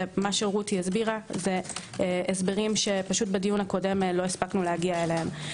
ומה שרותי הסבירה זה הסברים שבדיון הקודם לא הספקנו להגיע אליהם.